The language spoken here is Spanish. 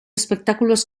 espectáculos